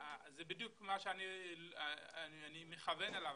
זה בדיוק מה שאני מכוון אליו,